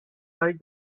like